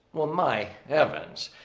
well, my heavens.